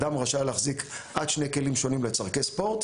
אדם רשאי להחזיק עד שני כלים שונים לצורכי ספורט.